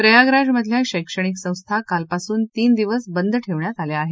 प्रयागराज मधल्या शैक्षणिक संस्था कालपासून तीन दिवस बंद ठेवण्यात आल्या आहेत